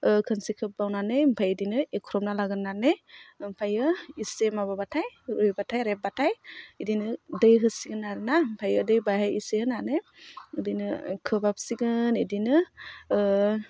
खनसे खोब्बावनानै ओमफ्रय बिदिनो एवख्रबना लाग्रोनानै ओमफ्राय इसे माबाबाथाय रुइबाथाय रेबबाथाय बिदिनो दै होसिगोन आरोना ओमफ्राय दै बेहाय इसे होनानै बिदिनो खोबहाबसिगोन बिदिनो